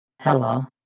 Hello